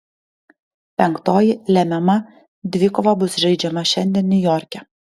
penktoji lemiama dvikova bus žaidžiama šiandien niujorke